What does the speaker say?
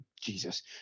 Jesus